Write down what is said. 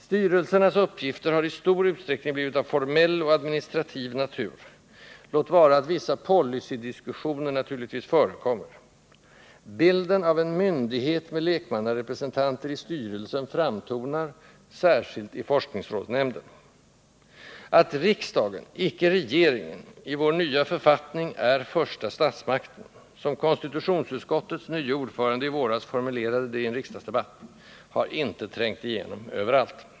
Styrelsernas uppgifter har i stor utsträckning blivit av formell och administrativ natur, låt vara att vissa policydiskussioner naturligtvis förekommer: bilden av en myndighet med lekmannarepresentanter i styrelsen framtonar, särskilt i forskningsrådsnämnden. Att riksdagen - icke regeringen — i vår nya författning är första statsmakten, som konstitutionsutskottets nye ordförande i våras formulerade saken i en riksdagsdebatt, har inte trängt igenom överallt.